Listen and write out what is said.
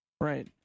Right